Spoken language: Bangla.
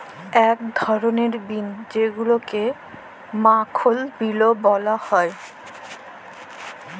ইক ধরলের বিল যেগুলাকে মাখল বিলও ব্যলা হ্যয়